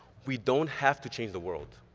we don't have to change the world